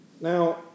Now